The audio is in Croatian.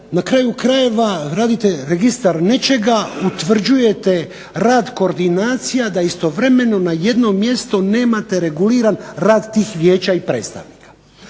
na kraju krajeva radite registar nečega, utvrđujete rad koordinacija da istovremeno na jednom mjestu nemate reguliran rad tih vijeća i predstavnika.